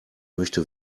möchte